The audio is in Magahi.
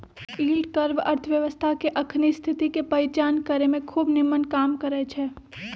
यील्ड कर्व अर्थव्यवस्था के अखनी स्थिति के पहीचान करेमें खूब निम्मन काम करै छै